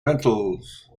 rentals